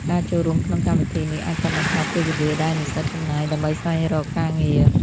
ការចូលរួមក្នុងកម្មវិធីនេះអាចកាត់បន្ថយពេលវេលាដែលនិស្សិតចំណាយដើម្បីស្វែងរកការងារ។